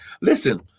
Listen